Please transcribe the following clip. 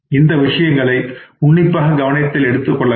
இந்த விஷயங்களை உன்னிப்பாக கவனத்தில் எடுத்துக்கொள்ள வேண்டும்